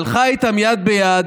היא הלכה איתם יד ביד,